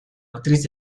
actriz